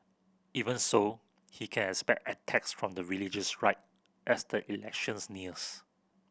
even so he can expect attacks from the religious right as the elections nears